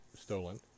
stolen